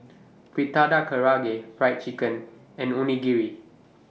Fritada Karaage Fried Chicken and Onigiri